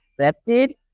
accepted